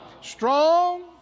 Strong